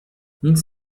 nic